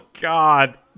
God